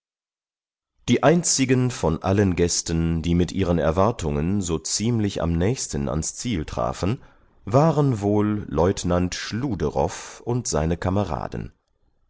die einzigen von allen gästen die mit ihren erwartungen so ziemlich am nächsten ans ziel trafen waren wohl leutnant schulderoff und seine kameraden